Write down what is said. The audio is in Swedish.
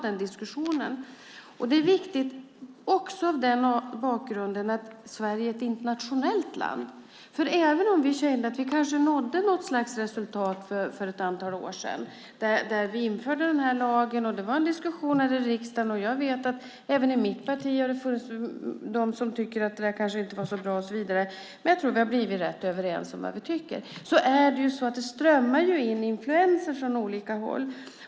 Det här är viktigt också mot bakgrund av att Sverige är ett internationellt land. Även om vi kände att vi nådde något slags resultat för ett antal år sedan då vi införde lagen och det var en diskussion i riksdagen - jag vet att det även i mitt parti har funnits de som tycker att det inte var så bra, men jag tror att vi har blivit rätt överens om vad vi tycker - är det så att det strömmar in influenser från olika håll.